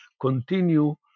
continue